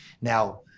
Now